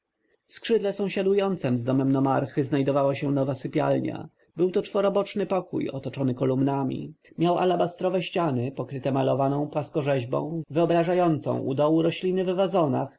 skrzydle sąsiadującem z domem nomarchy znajdowała się nowa sypialnia był to czworoboczny pokój otoczony kolumnami miał alabastrowe ściany pokryte malowaną płaskorzeźbą wyobrażającą u dołu rośliny w